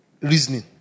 reasoning